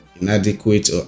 inadequate